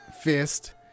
fist